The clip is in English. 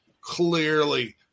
clearly